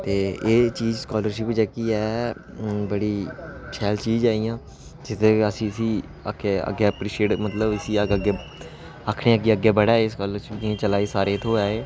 ते एह् चीज स्कालरशिप जेह्की ऐ बड़ी शैल चीज ऐ इ'यां अस इसी अग्गें एपरीशिएट कि'यां करदे आखने आं कि स्कालरशिप सारें गी थ्होऐ एह्